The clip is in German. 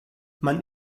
man